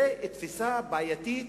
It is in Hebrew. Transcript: זו תפיסה בעייתית